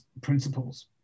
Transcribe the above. principles